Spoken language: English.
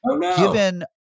given